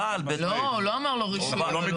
הוא לא אמר בלי רישוי.